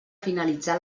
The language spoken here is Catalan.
finalitzar